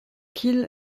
qu’il